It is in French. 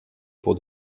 pour